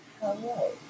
Hello